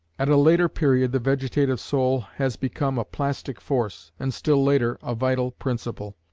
at a later period the vegetative soul has become a plastic force, and still later, a vital principle.